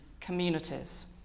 communities